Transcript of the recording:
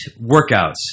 workouts